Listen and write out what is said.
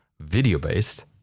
video-based